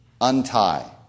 untie